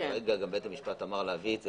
וכרגע בית המשפט אמר להביא את זה,